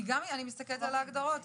אני מסתכלת על ההגדרות,